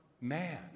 man